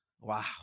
Wow